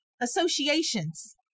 Associations